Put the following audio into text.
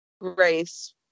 Grace